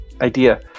idea